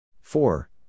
Four